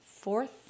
fourth